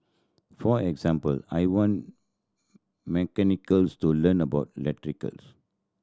for example I want mechanical to learn about electrical